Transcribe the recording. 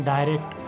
Direct